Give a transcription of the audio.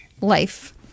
Life